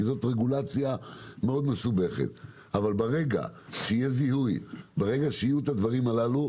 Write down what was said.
כי זו רגולציה מאוד מסובכת אבל ברגע שיהיה זיהוי והדברים הללו,